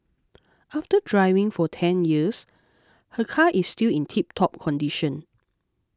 after driving for ten years her car is still in tiptop condition